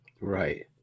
Right